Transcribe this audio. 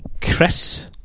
Chris